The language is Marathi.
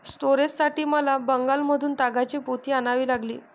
स्टोरेजसाठी मला बंगालमधून तागाची पोती आणावी लागली